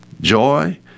joy